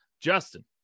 justin